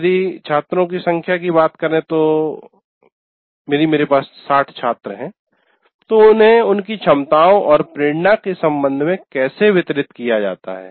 यदि छात्रों की संख्या कि बात करे तो यदि मेरे पास 60 छात्र हैं तो उन्हें उनकी क्षमताओं और प्रेरणा के संबंध में कैसे वितरित किया जाता है